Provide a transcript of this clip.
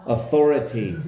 Authority